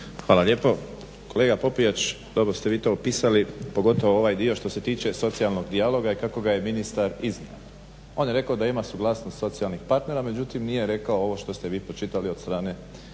Hvala lijepo. Kolega Popijač, dobro ste vi to opisali pogotovo ovaj dio što se tiče socijalnog dijaloga i kako ga je ministar iznio. On je rekao da ima suglasnost socijalnih partnera, međutim nije reko ovo što ste vi pročitali od strane